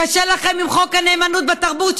קשה לכם עם חוק הנאמנות בתרבות,